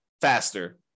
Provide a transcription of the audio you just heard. faster